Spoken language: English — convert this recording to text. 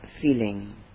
feeling